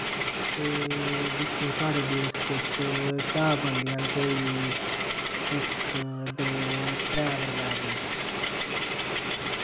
ते दिक्खो साढ़े देस बिच बनदियां न कोई इक दो त्रै प्रकार दियां